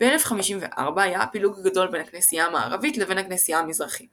ב-1054 היה הפילוג הגדול בין הכנסייה המערבית לבין הכנסייה המזרחית